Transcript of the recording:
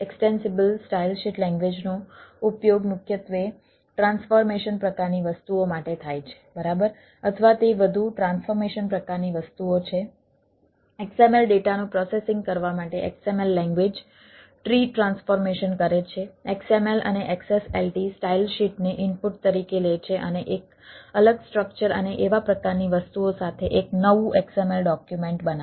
extensible style sheet તરીકે લે છે અને એક અલગ સ્ટ્રક્ચર અને એવા પ્રકારની વસ્તુઓ સાથે એક નવું XML ડોક્યુમેન્ટ બનાવે છે